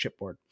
chipboard